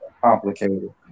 complicated